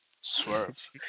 swerve